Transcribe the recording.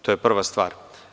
To je prva stvar.